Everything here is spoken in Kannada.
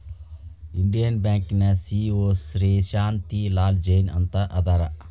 ಇಂಡಿಯನ್ ಬ್ಯಾಂಕಿನ ಸಿ.ಇ.ಒ ಶ್ರೇ ಶಾಂತಿ ಲಾಲ್ ಜೈನ್ ಅಂತ ಅದಾರ